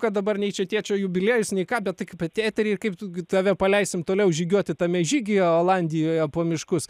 kad dabar nei čia tėčio jubiliejus nei ką bet kai pati etery ir kaip tu gi tave paleisim toliau žygiuoti tame žygyje olandijoje po miškus